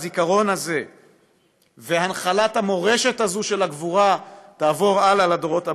הזיכרון הזה והנחלת המורשת הזאת של הגבורה תעבור הלאה לדורות הבאים.